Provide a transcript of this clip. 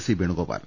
C Venugopal